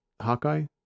hawkeye